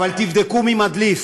אבל תבדקו מי מדליף,